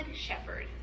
shepherd